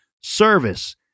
service